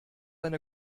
eine